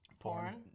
porn